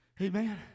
Amen